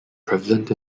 prevalent